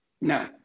No